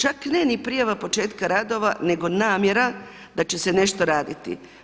Čak ne ni prijava početka radova nego namjera da će se nešto raditi.